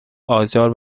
آزار